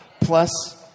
Plus